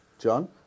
John